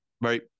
Right